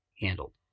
handled